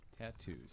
Tattoos